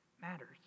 matters